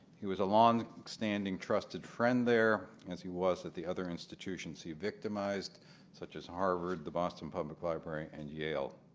he was a longstanding trusted friend there as he was at the other institutions he victimized such as harvard, the boston public library and yale.